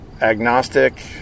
agnostic